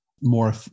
more